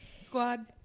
squad